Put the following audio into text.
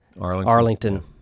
Arlington